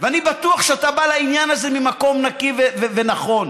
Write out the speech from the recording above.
ואני בטוח שאתה בא לעניין הזה ממקום נקי ונכון: